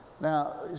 Now